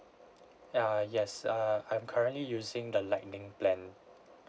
ya yes err I'm currently using the lightning plan